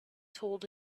told